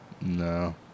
No